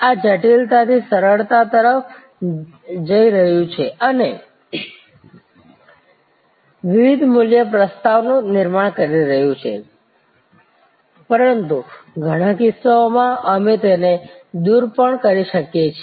આ જટિલતાથી સરળતા તરફ જઈ રહ્યું છે અને વિવિધ મૂલ્ય પ્રસ્તાવનું નિર્માણ કરી રહ્યું છે પરંતુ ઘણા કિસ્સાઓમાં અમે તેને દૂર પણ કરી શકીએ છીએ